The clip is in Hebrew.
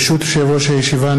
ברשות יושב-ראש הישיבה,